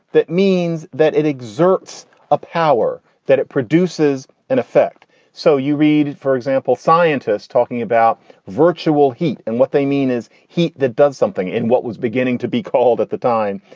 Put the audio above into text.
that means that it exerts a power, that it produces an effect so you read, for example, scientists talking about virtual heat and what they mean is heat that does something in what was beginning to be called at the time,